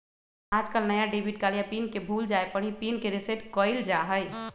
आजकल नया debit card या पिन के भूल जाये पर ही पिन के रेसेट कइल जाहई